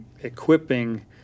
equipping